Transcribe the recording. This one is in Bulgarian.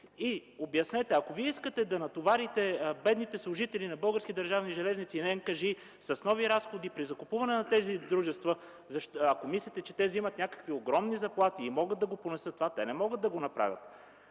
Обяснете, ако вие искате да натоварите бедните служители на Български държавни железници и на НКЖИ с нови разходи при закупуване на тези дружества, ако мислите, че те вземат някакви огромни заплати и могат да понесат това, те не могат да го направят!